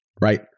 right